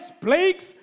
plagues